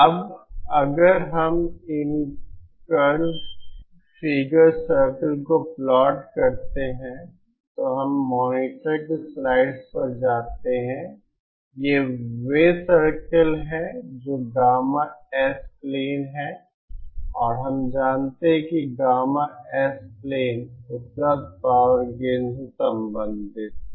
अब अगर हम इन कर्व फिगर सर्किल को प्लॉट करते हैं तो हम मॉनीटर के स्लाइड्स पर जाते हैं ये वे सर्किल हैं जो गामा S प्लेन हैं और हम जानते हैं कि गामा S प्लेन उपलब्ध पावर गेन से संबंधित है